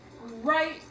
right